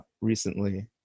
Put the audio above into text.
recently